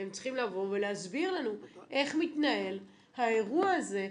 אתם צריכים לבוא ולהסביר לנו איך מתנהל האירוע הזה,